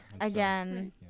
Again